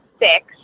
six